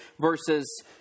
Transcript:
versus